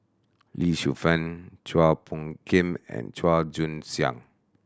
Lee Shu Fen Chua Phung Kim and Chua Joon Siang